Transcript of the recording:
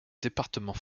département